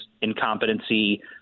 incompetency